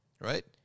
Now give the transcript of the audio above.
right